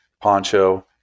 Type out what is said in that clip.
poncho